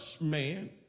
man